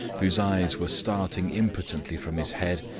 whose eyes were starting impotently from his head.